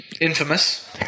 Infamous